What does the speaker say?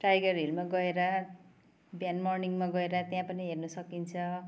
tiger हिलमा गएर बिहान मर्निङमा गएर त्यहाँ पनि हेर्न सकिन्छ